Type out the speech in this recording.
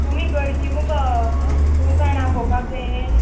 तुमी घरचीं मुगो तुमका आनी आपोवपाक जाये